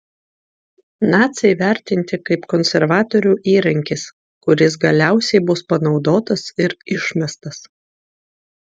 naciai vertinti kaip konservatorių įrankis kuris galiausiai bus panaudotas ir išmestas